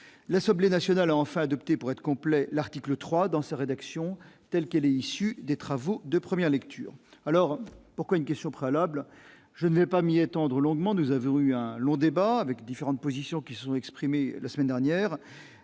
la somme les national enfin adopté pour être complet, l'article 3 dans sa rédaction telle qu'elle est issue des travaux de premières lectures, alors pourquoi une question préalable, je n'ai pas mis à étendre longuement, nous avons eu un long débat avec différentes positions qui sont exprimées la semaine dernière